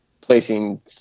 placing